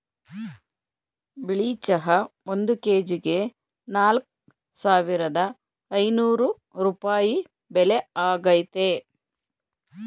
ಬಿಳಿ ಚಹಾ ಒಂದ್ ಕೆಜಿಗೆ ನಾಲ್ಕ್ ಸಾವಿರದ ಐನೂರ್ ರೂಪಾಯಿ ಬೆಲೆ ಆಗೈತೆ